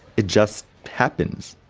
it just happens.